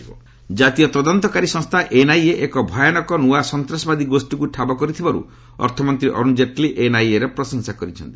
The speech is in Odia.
ଜେଟ୍ଲୀ ଏନ୍ଆଇଏ ମୋଡୁଲ ଜାତୀୟ ତଦନ୍ତତାରୀ ସଂସ୍ଥା ଏନ୍ଆଇଏ ଏକ ଭୟାନକ ନୂଆ ସନ୍ତାସବାଦୀ ଗୋଷ୍ଠୀକୁ ଠାବ କରିଥିବାରୁ ଅର୍ଥମନ୍ତ୍ରୀ ଅରୁଣ ଜେଟ୍ଲୀ ଏନ୍ଆଇଏର ପ୍ରଶଂସା କରିଛନ୍ତି